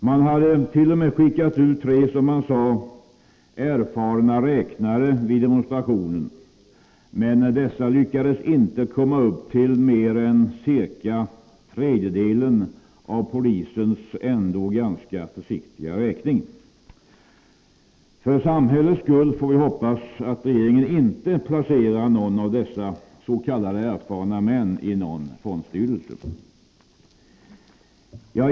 Man hade t.o.m. skickat ut tre, som man sade, erfarna räknare vid demonstrationen, men dessa lyckades inte komma upp till mer än ca tredjedelen av polisens ändå ganska försiktiga räkning. För samhällets skull får vi hoppas att regeringen inte placerar någon av dessa ”erfarna män” i någon fondstyrelse.